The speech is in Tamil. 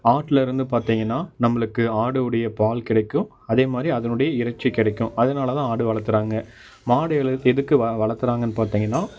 ஆட்லருந்து பார்த்தீங்கன்னா நம்மளுக்கு ஆடு உடைய பால் கிடைக்கும் அதே மாதிரி அதனுடைய இறைச்சி கிடைக்கும் அதனால் தான் ஆடு வளர்த்துறாங்க மாடு எதுக்கு வளர்த்தறாங்கன்னு பார்த்தீங்கன்னா